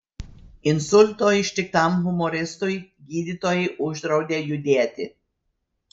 insulto ištiktam humoristui gydytojai uždraudė judėti